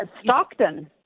Stockton